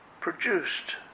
produced